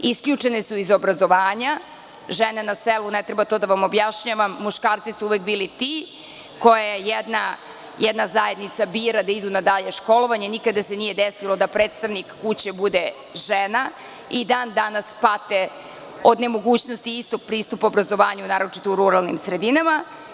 Isključene su iz obrazovanja žene na selu, ne treba to da vam objašnjavam, muškarci su uvek bili ti koje jedna zajednica bira da idu na dalje školovanje, a nikada se nije desilo da predstavnik kuće bude žena i dan danas pate od nemogućnosti istog pristupa obrazovanja, naročito u ruralnim sredinama.